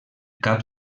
cap